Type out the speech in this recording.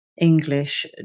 English